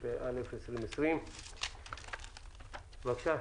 התשפ"א 2020. בבקשה,